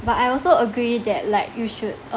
but I also agree that like you should um